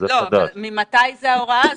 ממתי ההוראה הזו?